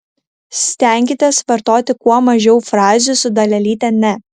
stenkitės vartoti kuo mažiau frazių su dalelyte ne